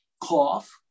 cough